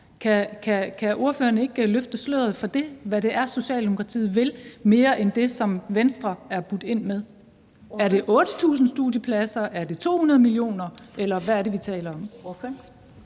Kan ordføreren ikke løfte sløret for, hvad det er Socialdemokratiet vil mere end det, som Venstre har budt ind med? Er det 8.000 studiepladser? Er det 200 mio. kr., eller hvad er det, vi taler om?